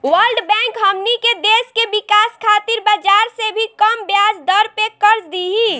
world Bank हमनी के देश के विकाश खातिर बाजार से भी कम ब्याज दर पे कर्ज दिही